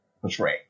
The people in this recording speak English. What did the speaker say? portray